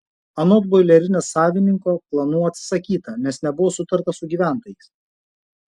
anot boilerinės savininko planų atsisakyta nes nebuvo sutarta su gyventojais